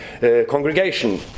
congregation